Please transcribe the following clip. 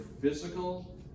physical